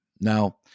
now